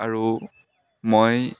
আৰু মই